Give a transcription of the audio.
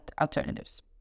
Alternatives